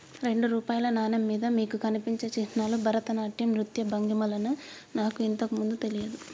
రెండు రూపాయల నాణెం మీద మీకు కనిపించే చిహ్నాలు భరతనాట్యం నృత్య భంగిమలని నాకు ఇంతకు ముందు తెలియదు